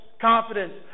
confidence